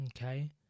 Okay